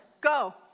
go